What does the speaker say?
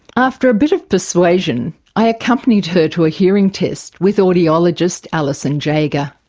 after a bit of persuasion, i accompanied her to a hearing test with audiologist alison jagger.